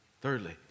Thirdly